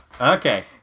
Okay